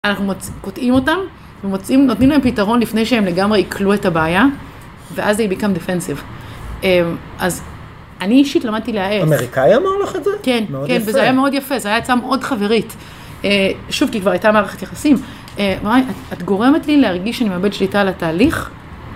אנחנו קוטעים אותם, נותנים להם פתרון לפני שהם לגמרי עיכלו את הבעיה ואז זה they become defensive. אז אני אישית למדתי להאט. אמריקאי אמר לך את זה? כן. מאוד יפה. כן, וזה היה מאוד יפה, זו הייתה עצה מאוד חברית. שוב, כי כבר הייתה מערכת יחסים. את גורמת לי להרגיש שאני מאבד שליטה על התהליך.